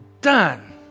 done